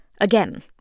Again